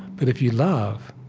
but if you love,